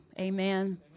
Amen